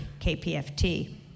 KPFT